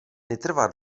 netrvá